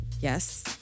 Yes